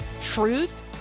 truth